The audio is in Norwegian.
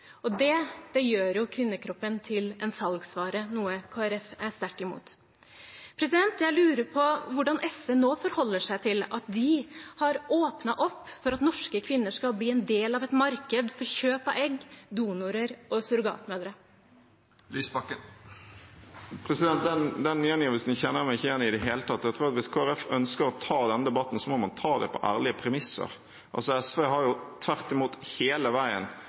Det gjør kvinnekroppen til en salgsvare, noe Kristelig Folkeparti er sterkt imot. Jeg lurer på hvordan SV nå forholder seg til at vi har åpnet opp for at norske kvinner skal bli en del av et marked for kjøp av egg, donorer og surrogatmødre. Den gjengivelsen kjenner jeg meg ikke igjen i i det hele tatt. Hvis Kristelig Folkeparti ønsker å ta den debatten, må den tas på ærlige premisser. SV har tvert imot, hele veien,